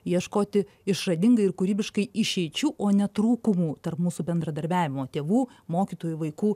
ieškoti išradingai ir kūrybiškai išeičių o ne trūkumų tarp mūsų bendradarbiavimo tėvų mokytojų vaikų